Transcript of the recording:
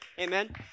Amen